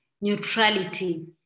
neutrality